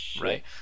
Right